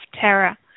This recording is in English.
terror